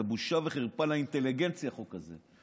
זה בושה וחרפה לאינטליגנציה, החוק הזה.